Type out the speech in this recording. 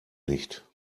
nicht